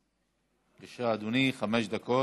בבקשה, אדוני, חמש דקות.